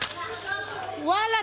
ואללה,